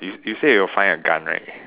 you you say you will find a gun right